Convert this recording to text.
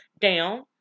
down